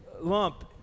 lump